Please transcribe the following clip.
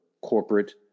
corporate